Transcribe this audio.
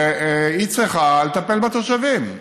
והיא צריכה לטפל בתושבים.